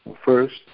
First